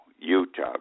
Utah